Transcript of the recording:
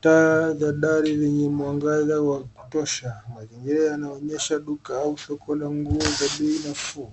taa za dari zenye mwangaza wa kutosha. Mazingira yanaonyesha duka au soko la nguo la bei nafuu.